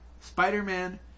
Spider-Man